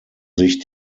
sich